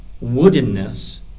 woodenness